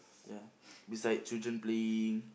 ya beside children playing